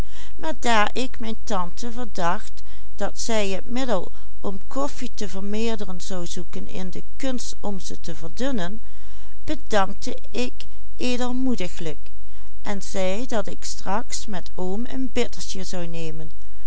dat zij het middel om koffie te vermeerderen zou zoeken in de kunst om ze te verdunnen bedankte ik edelmoediglijk en zei dat ik straks met oom een bittertje zou nemen